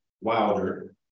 Wilder